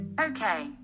Okay